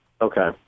Okay